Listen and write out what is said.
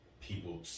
people